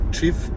Chief